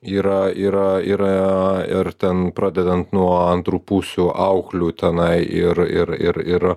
yra yra yra ir ten pradedant nuo antrų pusių auklių tenai ir ir ir ir